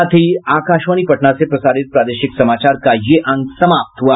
इसके साथ ही आकाशवाणी पटना से प्रसारित प्रादेशिक समाचार का ये अंक समाप्त हुआ